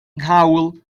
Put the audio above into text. nghawl